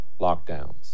lockdowns